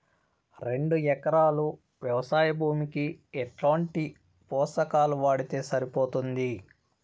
రెండు ఎకరాలు వ్వవసాయ భూమికి ఎట్లాంటి పోషకాలు వాడితే సరిపోతుంది?